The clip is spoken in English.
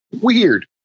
Weird